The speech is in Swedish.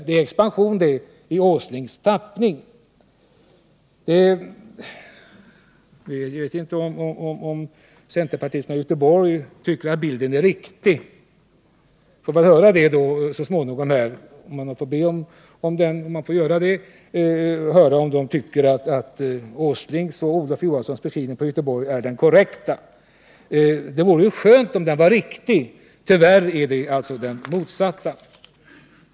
Det är expansion det — i Nils Åslings tappning! Jag vet inte om centerpartisterna i Göteborg tycker att bilden är riktig. Får man be att de så småningom talar om huruvida de tycker att Nils Åslings och Olof Johanssons beskrivning är den korrekta. Det vore skönt om den var riktig, men tyvärr är den det motsatta.